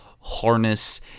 harness